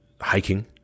hiking